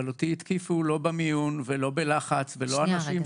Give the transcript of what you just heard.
אבל אותי התקיפו לא במיון ולא בלחץ ולא אנשים